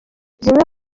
zimwe